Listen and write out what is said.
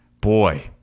Boy